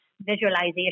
visualization